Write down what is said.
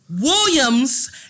Williams